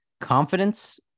confidence